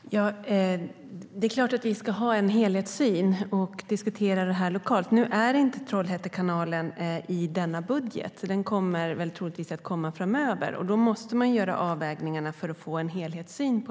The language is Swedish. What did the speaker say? Herr talman! Det är klart att vi ska ha en helhetssyn och diskutera frågan. Nu är Trollhätte kanal inte med i denna budget - den kommer troligtvis att komma framöver - och då måste man göra avvägningarna för att få en helhetssyn.